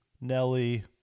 Nelly